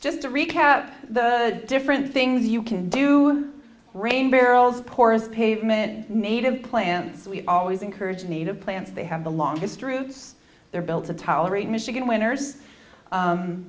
just to recap the different things you can do rain barrels porous pavement and native plants we always encourage native plants they have a long history it's they're built to tolerate michigan winners